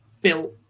built